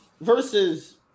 versus